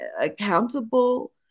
accountable